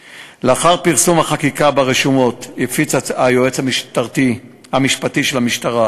3. לאחר פרסום החקיקה ברשומות הפיץ היועץ המשפטי של המשטרה